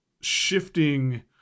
shifting